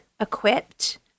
equipped